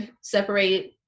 separated